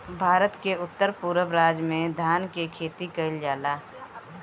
भारत के उत्तर पूरब राज में धान के खेती कईल जाला